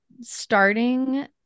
starting